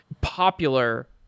popular